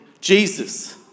Jesus